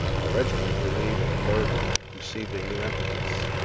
the regiment, relieved of a burden, received a new impetus.